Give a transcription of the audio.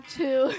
two